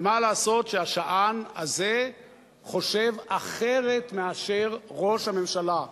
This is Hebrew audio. אבל מה לעשות שהשען הזה חושב אחרת מאשר ראש הממשלה,